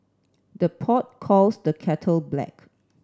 the pot calls the kettle black